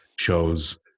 shows